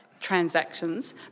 transactions